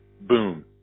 Boom